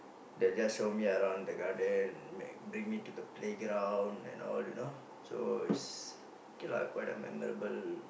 they just show me around the garden make bring me to the playground and all you know so it's okay lah quite a memorable